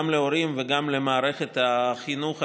גם להורים וגם למערכת החינוך הבלתי-פורמלי.